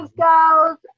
girls